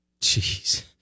Jeez